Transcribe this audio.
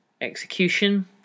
execution